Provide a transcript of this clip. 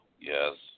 Yes